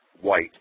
white